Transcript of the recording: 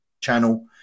channel